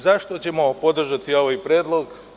Zašto ćemo podržati ovaj predlog.